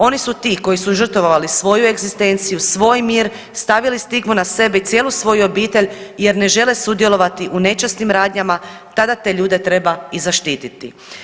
Oni su ti koji su žrtvovali svoju egzistenciju, svoj mir, stavili stigmu na sebe i cijelu svoju obitelj jer ne žele sudjelovati u nečasnim radnjama tada te ljude treba i zaštititi.